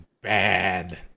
bad